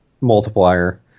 Multiplier